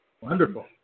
Wonderful